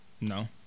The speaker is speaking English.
No